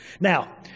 now